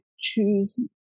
choose